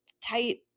tight